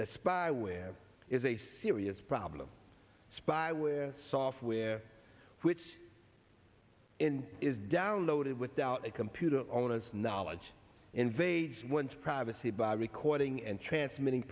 that spyware is a serious problem spyware software which in is downloaded without a computer owner's knowledge invades one's privacy by recording and transmitting